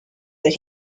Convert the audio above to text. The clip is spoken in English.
that